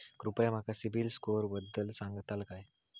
कृपया माका सिबिल स्कोअरबद्दल सांगताल का?